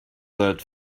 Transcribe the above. that